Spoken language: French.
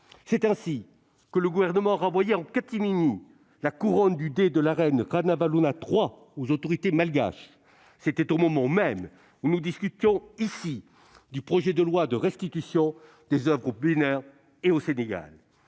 C'est ainsi que le Gouvernement a renvoyé en catimini la couronne du dais de la reine Ranavalona III aux autorités malgaches. C'était au moment même où nous discutions, ici, du projet de loi de restitution des oeuvres au Bénin et au Sénégal.